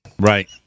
Right